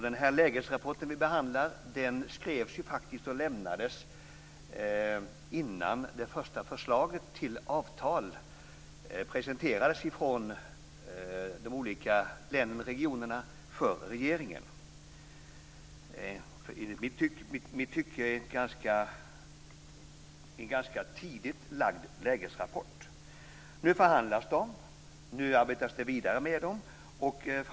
Den lägesrapport vi behandlar skrevs och lämnades faktiskt över innan det första förslaget till avtal presenterades av de olika regionerna för regeringen. Det är en enligt mitt tycke ganska tidigt framlagd lägesrapport. Nu förhandlas det. Nu arbetas det vidare med dem.